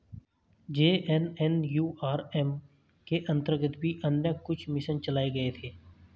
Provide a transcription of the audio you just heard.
JNNURM के अंतर्गत भी अन्य कुछ मिशन चलाए गए थे